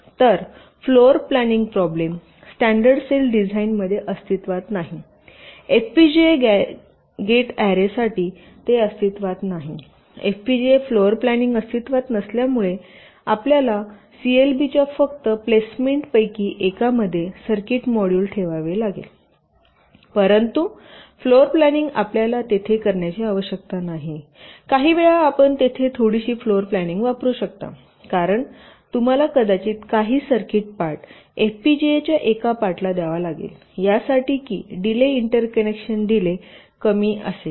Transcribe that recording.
तर floor planning problem standard cell डिझाइनमध्ये अस्तित्वात नाही एफपीजीए गेट अॅरेसाठी ते अस्तित्वात नाही एफपीजीए फ्लोरप्लानिंग अस्तित्वात नसल्यामुळे आपल्याला सीएलबी च्या फक्त प्लेसमेंटपैकी एकामध्ये सर्किट मॉड्यूल ठेवावे लागेल परंतु फ्लोरप्लानिंग आपल्याला तेथे करण्याची आवश्यकता नाही परंतु काहीवेळा आपण तेथे थोडीशी फ्लोरप्लानिंग वापरू शकता कारण तुम्हाला कदाचित काही सर्किट पार्ट एफपीजीए च्या एका पार्टला द्यावा लागेल यासाठी की डिले इंटरकनेक्शन डिले कमी असेल